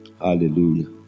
Hallelujah